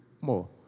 more